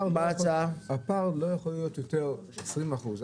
הפער לא יכול להיות 20 אחוזים.